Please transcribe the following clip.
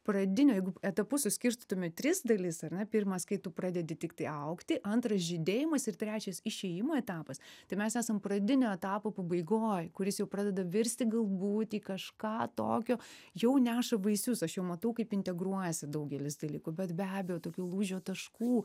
pradiniu jeigu etapu suskirstytum į tris dalis ar ne pirmas kai tu pradedi tiktai augti antras žydėjimas ir trečias išėjimo etapas tai mes esam pradinio etapo pabaigoj kuris jau pradeda virsti galbūt į kažką tokio jau neša vaisius aš jau matau kaip integruojasi daugelis dalykų bet be abejo tokių lūžio taškų